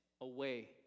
away